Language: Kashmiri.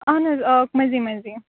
اہن حظ آ مٔنزی مٔنزی